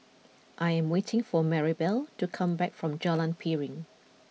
I am waiting for Marybelle to come back from Jalan Piring